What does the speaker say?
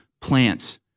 plants